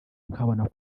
nkabona